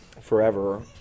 forever